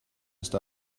ist